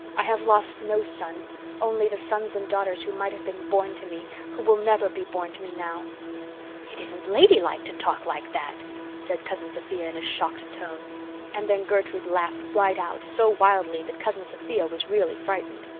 i have lost no son only the sons and daughters who might have been born to me who will never be to me now it isn't ladylike to talk like that said cousin sophia in a shocked tone and then gertrude laughed right out, so wildly that cousin sophia was really frightened.